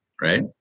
right